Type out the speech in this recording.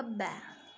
खब्बै